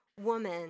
woman